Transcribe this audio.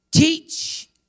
Teach